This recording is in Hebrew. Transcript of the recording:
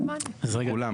כולם.